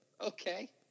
okay